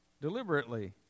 deliberately